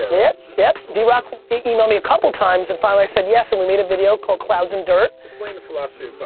yep. yep. d-rock emailed me a couple times, and finally i said yes. so, and we made a video called, clouds and dirt. explain the philosophy but